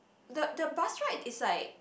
the the bus right is like